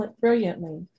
brilliantly